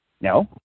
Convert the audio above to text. No